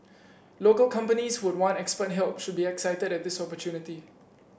local companies who would want expert help should be excited at this opportunity